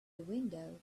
window